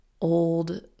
old